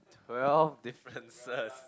twelve differences